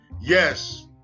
Yes